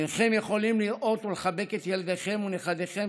אינכם יכולים לראות או לחבק את ילדיכם ונכדיכם,